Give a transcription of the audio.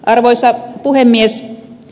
arvoisa puhemies